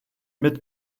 mit